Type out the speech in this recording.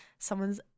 someone's